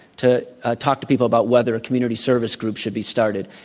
to ah talk to people about whether a community service group should be started.